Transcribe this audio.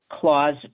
clause